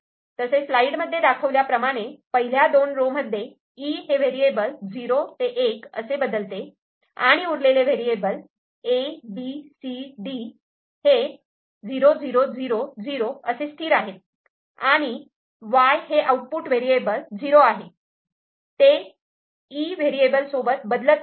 slide मध्ये दाखवल्याप्रमाणे पहिल्या दोन रो मध्ये 'E' हे व्हेरिएबल 0 1 असे बदलते आणि उरलेले variable A B C D हे 0 0 0 0असे स्थिर आहेत आणि 'Y' हे आउटपुट व्हेरिएबल '0' आहे ते 'E' व्हेरिएबल सोबत बदलत नाही